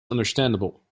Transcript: understandable